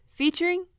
featuring